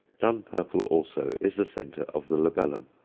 dun-purple, also, is the centre of the labellum,